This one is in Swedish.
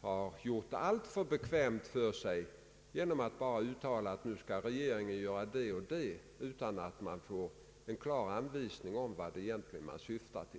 har gjort det alltför bekvämt för sig genom att bara kräva att regeringen skall utreda, utan att man får en klar anvisning om vad man egentligen syftar till.